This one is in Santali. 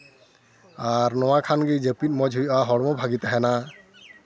ᱟᱨ ᱱᱚᱣᱟ ᱠᱷᱟᱱᱜᱮ ᱡᱟᱹᱯᱤᱫ ᱢᱚᱡᱽ ᱦᱩᱭᱩᱜᱼᱟ ᱦᱚᱲᱢᱚ ᱵᱷᱟᱹᱜᱮ ᱛᱟᱦᱮᱱᱟ